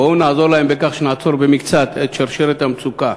בואו נעזור להם בכך שנעצור במקצת את שרשרת המצוקה.